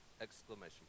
exclamation